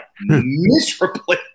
miserably